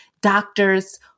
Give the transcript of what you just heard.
doctors